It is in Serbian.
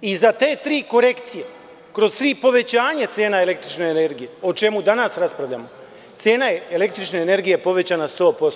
i za te tri korekcije, kroz tri povećanja cena električne energije, o čemu danas raspravljamo, cena električne energije je povećana 100%